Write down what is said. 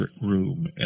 room